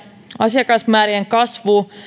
asiakasmäärien kasvu